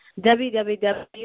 www